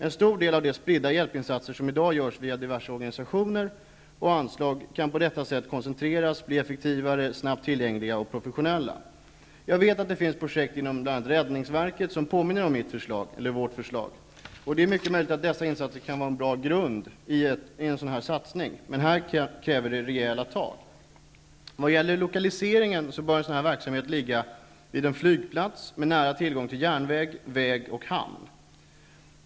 En stor del av de spridda hjälpinsatser som i dag görs via diverse organisationer och anslag kan på detta sätt koncenteras, bli effektivare, snabbt tillgängliga och professionella. Jag vet att det finns projekt, bl.a. inom räddningsverket, som påminner om vårt förslag, och det är mycket möjligt att dessa insatser kan vara en bra grund i en sådan här satsning. Men här handlar det om rejäla tag. Vad gäller lokaliseringen bör en sådan verksamhet ligga vid en flygplats med nära tillgång till järnväg, väg och hamn.